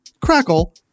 Crackle